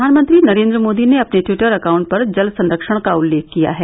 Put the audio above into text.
प्रधानमंत्री नरेन्द्र मोदी ने अपने टिवटर अकाउंट पर जल संरक्षण का उल्लेख किया है